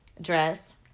dress